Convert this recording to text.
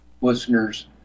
listeners